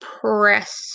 press